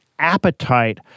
appetite